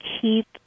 keep